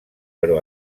però